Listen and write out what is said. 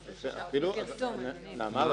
נעמה,